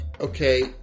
okay